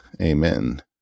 Amen